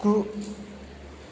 गु